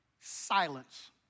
silence